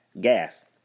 gas